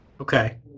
Okay